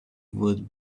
would